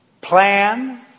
plan